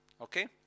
Okay